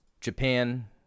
japan